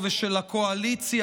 הכנסת,